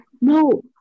No